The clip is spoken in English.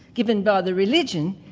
given by the religion,